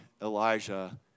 Elijah